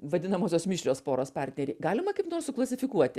vadinamosios mišrios poros partneriai galima kaip nors suklasifikuoti